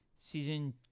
season